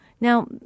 Now